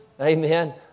amen